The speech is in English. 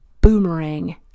boomerang